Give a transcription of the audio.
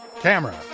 camera